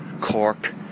Cork